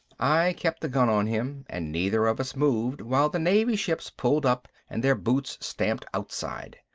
i kept the gun on him and neither of us moved while the navy ships pulled up and their boots stamped outside.